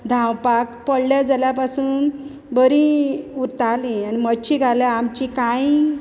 धावपाक पडलें जाल्या पासून बरी उरतालीं आनी मोच्चे घाल्या आमचें कांय